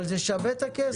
אבל זה שווה את הכסף.